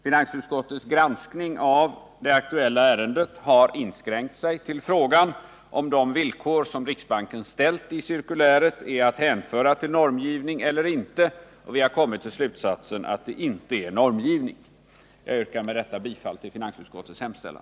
Finansutskottets granskning av det aktuella ärendet har inskränkts just till frågan huruvida de villkor som riksbanken ställt i det här cirkuläret är att hänföra till normgivning eller inte. Det har kommit till slutsatsen att det inte är normgivning. Jag yrkar med detta bifall till finansutskottets hemställan.